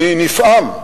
אני נפעם.